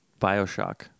Bioshock